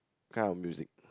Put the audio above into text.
kind of music